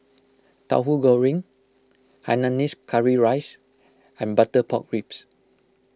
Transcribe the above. Tahu Goreng Hainanese Curry Rice and Butter Pork Ribs